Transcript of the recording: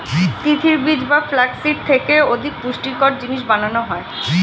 তিসির বীজ বা ফ্লাক্স সিড থেকে অধিক পুষ্টিকর জিনিস বানানো হয়